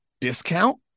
discount